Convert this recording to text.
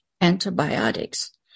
antibiotics